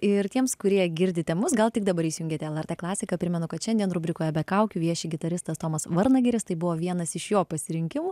ir tiems kurie girdite mus gal tik dabar įsijungiate lrt klasiką primenu kad šiandien rubrikoje be kaukių vieši gitaristas tomas varnagiris tai buvo vienas iš jo pasirinkimų